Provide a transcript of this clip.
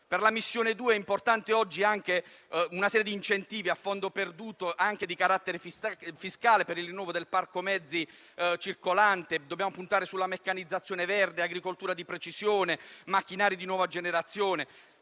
Per la missione 2 sono importanti una serie di incentivi a fondo perduto, anche di carattere fiscale, per il rinnovo del parco mezzi circolante. Dobbiamo puntare sulla meccanizzazione verde, sull'agricoltura di precisione, sui macchinari di nuova generazione.